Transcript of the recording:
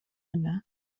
yna